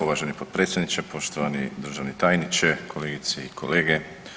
Uvaženi potpredsjedniče, poštovani državni tajniče, kolegice i kolege.